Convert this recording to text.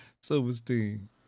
Silverstein